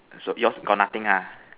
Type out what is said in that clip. so yours got nothing ha